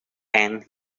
end